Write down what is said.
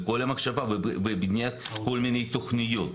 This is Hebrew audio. בכל המחשבה ובבניית כל מיני תוכניות.